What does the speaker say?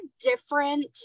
different